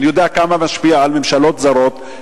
אני יודע כמה זה משפיע על ממשלות זרות,